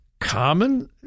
common